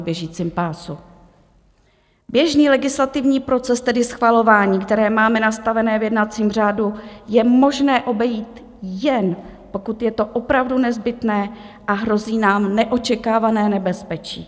Běžný legislativní proces, tedy schvalování, které máme nastavené v jednacím řádu, je možné obejít, jen pokud je to opravdu nezbytné a hrozí nám neočekávané nebezpečí.